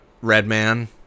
Redman